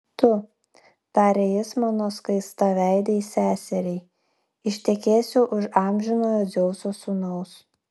tu tarė jis mano skaistaveidei seseriai ištekėsi už amžinojo dzeuso sūnaus